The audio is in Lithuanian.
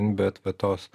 bet vat tos